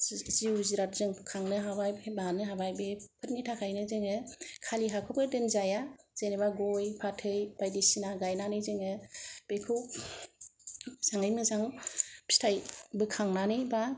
जिउ जिरादजों बोखांनो हाबाय फोरानो हाबाय बेफोरनि थाखायनो जोङो खालि हाखौबो दोनजाया जेनेबा गय फाथै बायदिसिना गायनानै जोङो बेखौ मोजाङै मोजां फिथाइ बोखांनानै बा